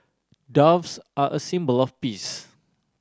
Doves are a symbol of peace